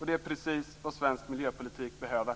Det är precis vad svensk miljöpolitik behöver.